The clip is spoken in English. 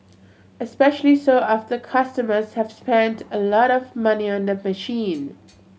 especially so after customers have spent a lot of money on the machine